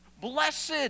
Blessed